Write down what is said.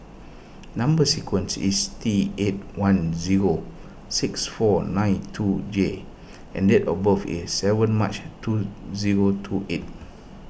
Number Sequence is T eight one zero six four nine two J and date of birth is seven March two zero two eight